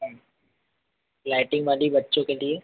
हाँ लाइटिंग वाली बच्चों के लिए